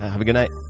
have a good night.